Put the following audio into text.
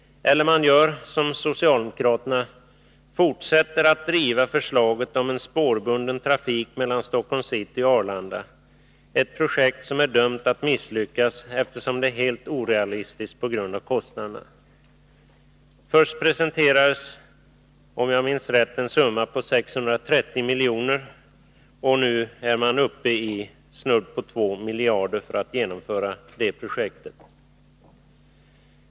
Eller man gör som socialdemokraterna: fortsätter att driva förslaget om en spårbunden trafik mellan Stockholms city och Arlanda-— ett projekt som är dömt att misslyckas, eftersom det är helt orealistiskt på grund av kostnaderna. Först presenterades, om jag minns rätt, en summa på 630 miljoner, och nu är det snudd på 2 miljarder som man begär för att genomföra projektet.